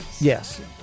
Yes